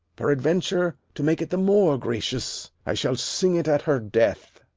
peradventure, to make it the more gracious, i shall sing it at her death.